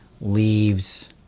leaves